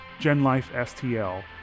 GenLifeSTL